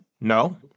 No